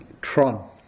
Tron